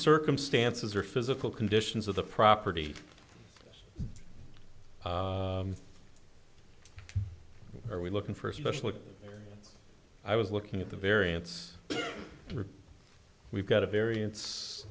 circumstances or physical conditions of the property are we looking for especially i was looking at the variance we've got a v